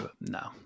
No